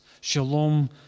Shalom